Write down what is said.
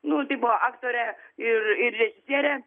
nu tipo aktorė ir ir režisierė